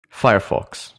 firefox